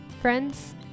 Friends